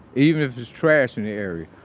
even if there's trash in the area,